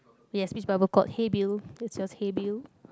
yes which bubble got hair band where's got hair band